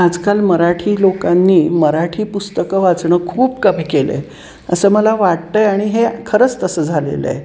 आजकाल मराठी लोकांनी मराठी पुस्तकं वाचणं खूप कमी केलं आहे असं मला वाटत आहे आणि हे खरंच तसं झालेलं आहे